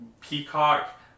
Peacock